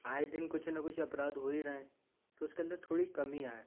आए दिन कुछ ना कुछ अपराध हो ही रहे हैं तो उसके अंदर थोड़ी कमी आए